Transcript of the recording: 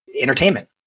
entertainment